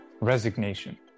resignation